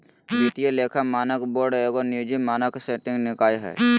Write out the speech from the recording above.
वित्तीय लेखा मानक बोर्ड एगो निजी मानक सेटिंग निकाय हइ